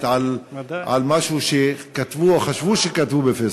על משהו שכתבו או חשבו שכתבו בפייסבוק.